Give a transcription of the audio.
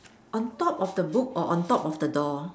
on top of the book or on top of the door